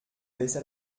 baissa